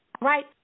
Right